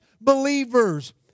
believers